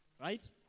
Right